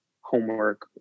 homework